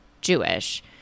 Jewish